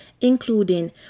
including